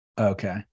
Okay